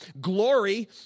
glory